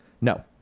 No